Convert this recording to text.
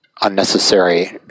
unnecessary